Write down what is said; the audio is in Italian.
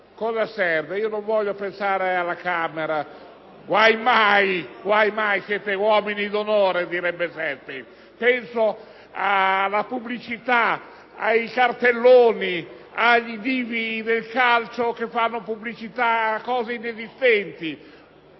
cosa serve? Non voglio pensare alla Camera: quando mai? Siete uomini d'onore, direbbe Shakespeare! Penso alla pubblicità, ai cartelloni, ai divi del calcio che fanno pubblicità a cose inesistenti.